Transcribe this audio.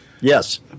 Yes